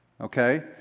Okay